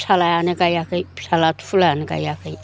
फिसाज्लायानो गायाखै फिसाज्ला तुलायानो गायाखै